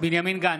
בנימין גנץ,